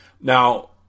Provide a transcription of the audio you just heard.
Now